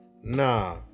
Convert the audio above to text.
Nah